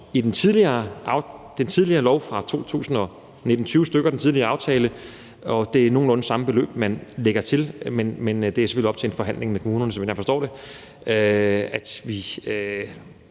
den tidligere lov fra 2019-2020-stykker og den tidligere aftale, og det er nogenlunde det samme beløb, man lægger til, men det er selvfølgelig op til en forhandling med kommunerne, så vidt jeg forstår det, at vi